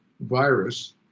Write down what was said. virus